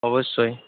অবশ্যই